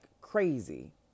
crazy